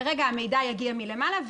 כרגע המידע יגיע מלמעלה.